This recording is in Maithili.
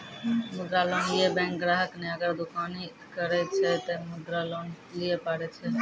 मुद्रा लोन ये बैंक ग्राहक ने अगर दुकानी करे छै ते मुद्रा लोन लिए पारे छेयै?